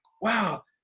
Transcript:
wow